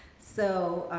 so,